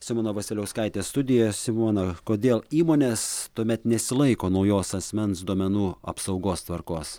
simona vasiliauskaitė studijoje simona kodėl įmonės tuomet nesilaiko naujos asmens duomenų apsaugos tvarkos